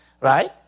right